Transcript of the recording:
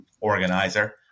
organizer